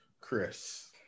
Chris